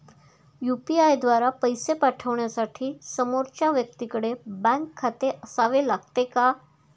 UPI द्वारा पैसे पाठवण्यासाठी समोरच्या व्यक्तीकडे बँक खाते असावे लागते का?